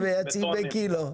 מייצאים בקילו.